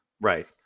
Right